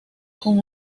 con